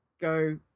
go